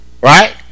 Right